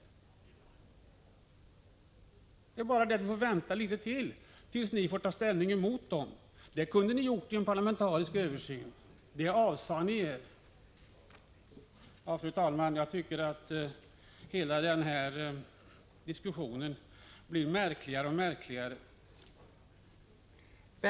Det blir bara att vänta litet till, tills ni får ta ställning emot dem. Det kunde ni ha gjort i en parlamentarisk översyn, men den möjligheten avsade ni er. Fru talman! Hela denna diskussion blir märkligare och märkligare.